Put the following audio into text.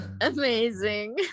amazing